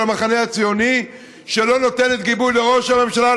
המחנה הציוני שלא נותנת גיבוי לראש הממשלה,